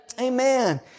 Amen